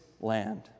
land